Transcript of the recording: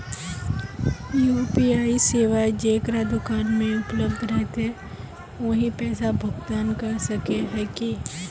UPI सेवाएं जेकरा दुकान में उपलब्ध रहते वही पैसा भुगतान कर सके है की?